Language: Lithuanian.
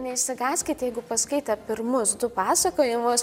neišsigąskit jeigu paskaitę pirmus du pasakojimus